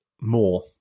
more